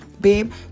babe